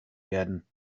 werden